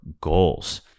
goals